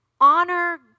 Honor